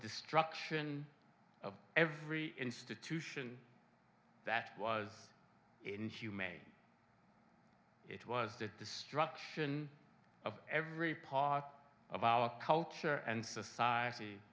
destruction of every institution that was inhumane it was the destruction of every part of our culture and society